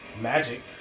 Magic